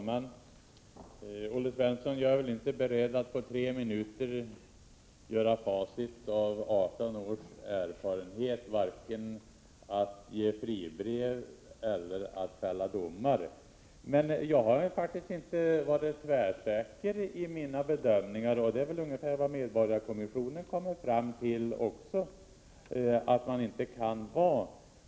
Herr talman! Jag är väl inte, Olle Svensson, beredd att på tre minuter göra upp facit över 18 års verksamhet — vare sig att ge fribrev eller att fälla domar. Jag har faktiskt inte varit tvärsäker i mina bedömningar, och det har ju också medborgarkommissionen kommit fram till att man inte kan vara.